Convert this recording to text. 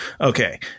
Okay